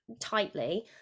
tightly